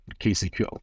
kcql